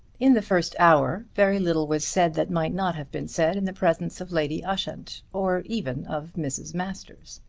in the first hour very little was said that might not have been said in the presence of lady ushant or even of mrs. masters.